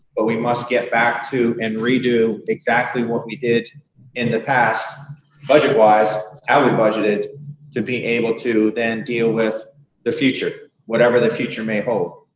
but we must get back to and re-do exactly what we did in the past budget wise, how we budgeted to be able to then deal with the future. whatever the future may hold.